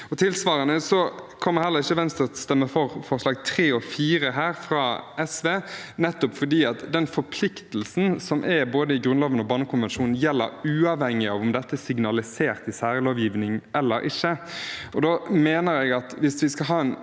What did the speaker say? Tilsvarende kommer heller ikke Venstre til å stemme for forslagene nr. 3 og 4, fra SV, nettopp fordi den forpliktelsen som er i både Grunnloven og barnekonvensjonen, gjelder uavhengig av om dette er signalisert i særlovgivning eller ikke. Da mener jeg at hvis vi skal ha en